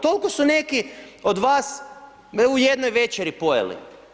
Toliko su neki od vas u jednoj večeri pojeli.